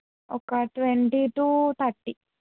ఒక twenty two thirty